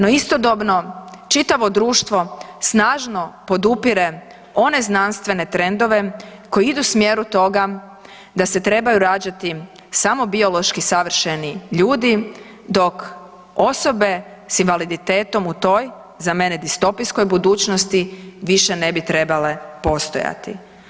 No istodobno čitavo društvo snažno podupire one znanstvene trendove koji idu u smjeru toga da se trebaju rađati samo biološki savršeni ljudi dok osobe sa invaliditetom u toj za mene distopijskoj budućnosti više ne bi trebale postojati.